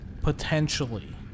potentially